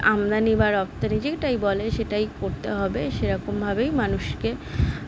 আমদানি বা রপ্তানি যেটাই বলে সেটাই করতে হবে সেরকমভাবেই মানুষকে